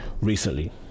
recently